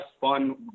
fun